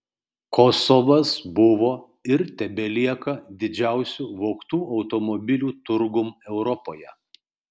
kosovas buvo ir tebelieka didžiausiu vogtų automobilių turgum europoje